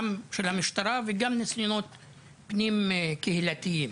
גם של המשטרה וגם פנים קהילתיים,